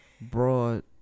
broad